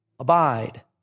Abide